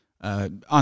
on